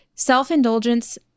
Self-indulgence